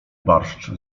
barszcz